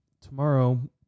tomorrow